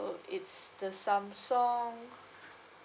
is the samsung